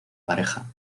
pareja